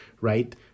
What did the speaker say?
right